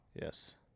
Yes